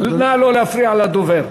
נא לא להפריע לדובר.